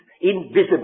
invisible